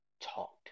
Talked